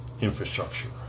infrastructure